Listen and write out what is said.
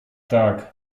tak